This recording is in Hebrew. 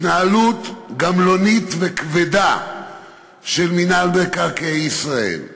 התנהלות גמלונית וכבדה של מינהל מקרקעי ישראל,